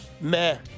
Meh